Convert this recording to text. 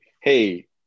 hey